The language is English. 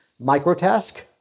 Microtask